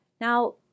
Now